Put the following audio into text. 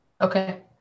Okay